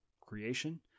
creation